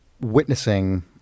witnessing